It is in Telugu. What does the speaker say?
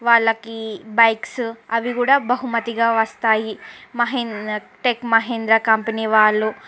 వాళ్ళకి బైక్స్ అవి కూడా బహుమతిగా వస్తాయి మహేం టెక్ మహీంద్ర కంపెనీ వాళ్ళు